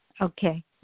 Okay